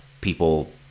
people